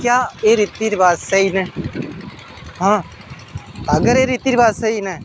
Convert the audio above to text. क्या एह् रिती रवाज स्हेई न हां अगर एह् रिती रवाज स्हेई न